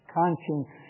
conscience